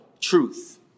truth